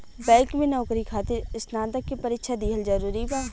Bank में नौकरी खातिर स्नातक के परीक्षा दिहल जरूरी बा?